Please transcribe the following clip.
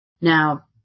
Now